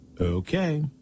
Okay